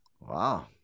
Wow